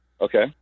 Okay